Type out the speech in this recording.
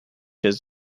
just